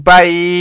Bye